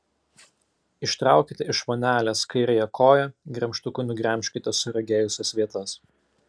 ištraukite iš vonelės kairiąją koją gremžtuku nugremžkite suragėjusias vietas